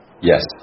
Yes